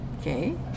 Okay